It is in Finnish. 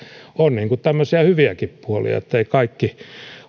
on tämmöisiä hyviäkin puolia ettei kaikki